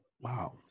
Wow